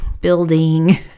building